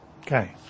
Okay